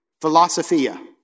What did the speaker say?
Philosophia